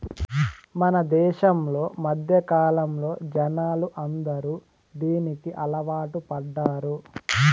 మన దేశంలో మధ్యకాలంలో జనాలు అందరూ దీనికి అలవాటు పడ్డారు